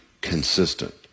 consistent